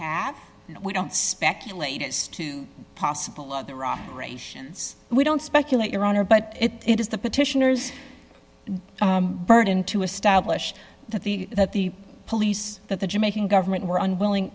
have we don't speculate as to possible of their operations we don't speculate your honor but it is the petitioners burden to establish that the that the police that the jamaican government were unwilling